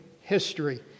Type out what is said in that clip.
history